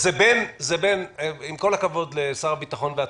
עם כל הכבוד לשר הביטחון והצעותיו,